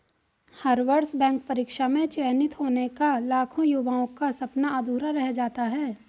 हर वर्ष बैंक परीक्षा में चयनित होने का लाखों युवाओं का सपना अधूरा रह जाता है